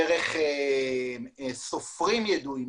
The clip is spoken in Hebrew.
דרך סופרים ידועים,